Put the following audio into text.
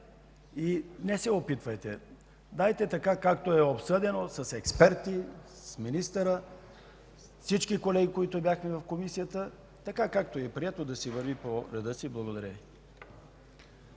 Не се опитвайте! Дайте, както е обсъдено – с експерти, с министъра, с всички колеги, които бяхте в Комисията, както е прието да върви по реда си. Благодаря Ви.